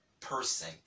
person